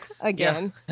again